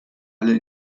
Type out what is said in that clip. alle